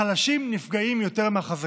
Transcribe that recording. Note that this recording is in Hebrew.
החלשים נפגעים יותר מהחזקים.